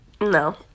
No